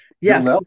Yes